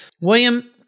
William